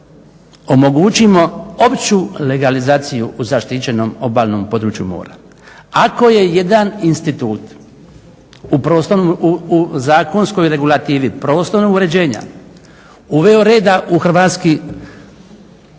omogućimo opću legalizaciju u zaštićenom obalnom području mora. Ako je jedan institut u zakonskoj regulativi prostornog uređenja uveo reda u hrvatski